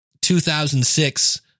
2006